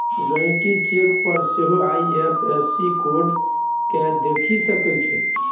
गहिंकी चेक पर सेहो आइ.एफ.एस.सी कोड केँ देखि सकै छै